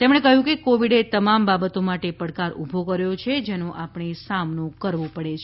તેમણે કહ્યું કે કોવિડે તમામ બાબતો માટે પડકાર ઉભો કર્યો છે જેનો આપણે સામનો કરવો પડે છે